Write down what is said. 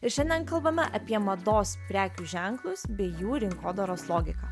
ir šiandien kalbame apie mados prekių ženklus bei jų rinkodaros logiką